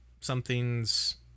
something's